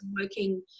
working